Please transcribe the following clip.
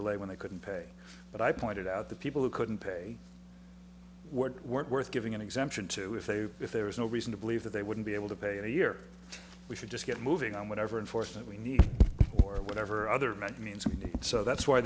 delay when they couldn't pay but i pointed out the people who couldn't pay were weren't worth giving an exemption to if they if there was no reason to believe that they wouldn't be able to pay a year we should just get moving on whatever enforcement we need or whatever other might mean something so that's why